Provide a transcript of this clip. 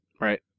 Right